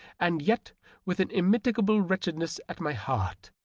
and yet with an immitigable wretchedness at my heart.